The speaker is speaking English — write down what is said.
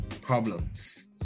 problems